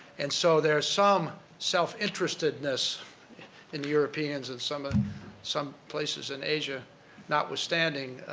and so, there's some self-interestedness in europeans and some and some places in asia notwithstanding,